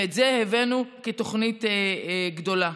ואת זה הבאנו כתוכנית גדולה.